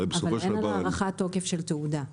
אם